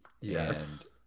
yes